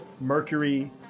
Mercury